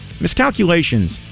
miscalculations